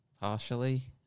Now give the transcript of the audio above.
partially